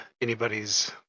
anybody's